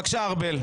בבקשה,